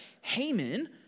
Haman